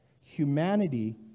Humanity